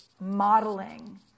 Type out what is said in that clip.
modeling